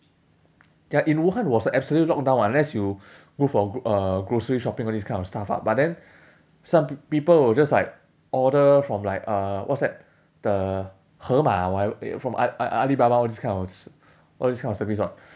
ya in wuhan was a absolute lockdown [what] unless you go for gro~ uh grocery shopping all this kind of stuff ah but then some people were just like order from like uh what's that the hema whatever eh from a~ alibaba all this kind of all this kind of service [what]